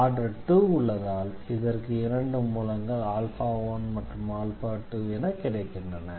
order 2 உள்ளதால் இதற்கு இரண்டு மூலங்கள் 1 மற்றும் 2 என கிடைக்கின்றன